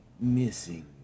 missing